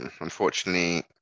Unfortunately